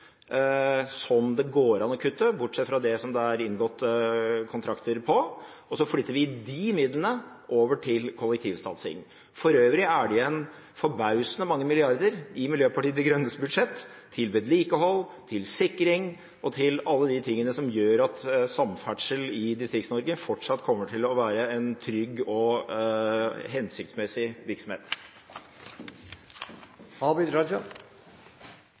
som det går an å kutte, bortsett fra det som det er inngått kontrakter om. Så flytter vi de midlene over til kollektivsatsing. For øvrig er det igjen forbausende mange milliarder i Miljøpartiet De Grønnes budsjett til vedlikehold, til sikring og til alle de tingene som gjør at samferdsel i Distrikts-Norge fortsatt kommer til å være en trygg og hensiktsmessig